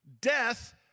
Death